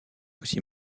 aussi